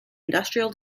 industrial